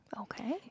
Okay